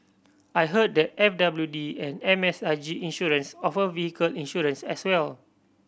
I heard that F W D and M S I G Insurance offer vehicle insurance as well